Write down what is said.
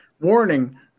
Warning